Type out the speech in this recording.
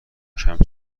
کمپ